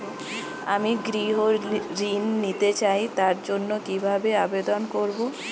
আমি গৃহ ঋণ নিতে চাই তার জন্য কিভাবে আবেদন করব?